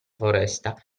foresta